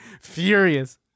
furious